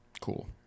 cool